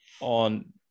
on